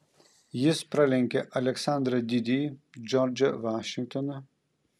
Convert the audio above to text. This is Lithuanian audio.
jis pralenkė aleksandrą didįjį džordžą vašingtoną